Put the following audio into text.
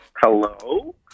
Hello